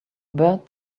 bert